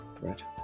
Right